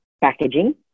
Packaging